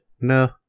No